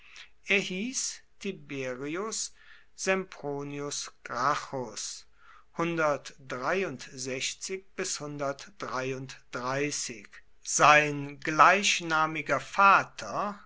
tiberius sempronius gracchus sein gleichnamiger vater